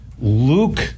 Luke